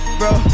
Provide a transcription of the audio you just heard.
bro